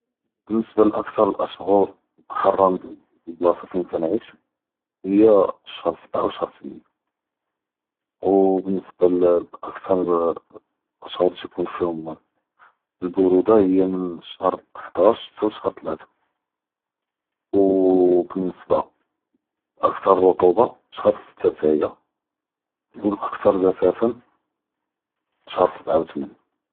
באלניסבה לאקטאר אלאשחר חרא פ לבלאסה פין כנעיש, היא אלשחר סבעה ו אלשחר ת’מניה, ו בניסבה לאקטאר אלאשחר כתכון פיהום אלבורודה היא מן אלשחר ח’דאש חתה לשחר תלתה, ו בניסבה לאקטאר רטובה אלשחר אלסתה חתה היא, ו אלאקטאר ג’פאף אלשחר סבעה ו ת’מניה.